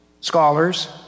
scholars